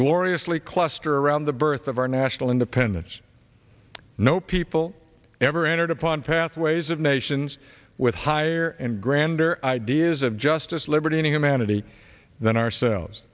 gloriously cluster around the birth of our national independence no people ever entered upon pathways of nations with higher and grander ideas of justice liberty in humanity than ourselves